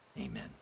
amen